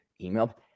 Email